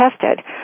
tested